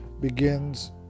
begins